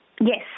Yes